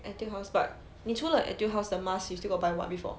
Etude House but 你除了 Etude House 的 mask you still got buy what before